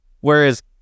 Whereas